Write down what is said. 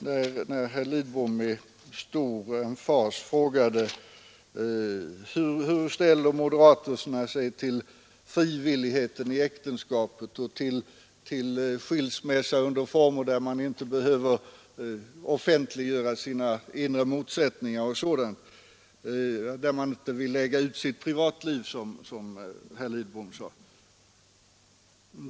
Herr Lidbom frågade med stor emfas hur moderaterna ställer sig till frivilligheten i äktenskapet och till skilsmässa under former som gör att man inte behöver offentliggöra sina inre motsättningar och lämna ut sitt privatliv.